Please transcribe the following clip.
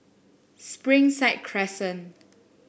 Springside Crescent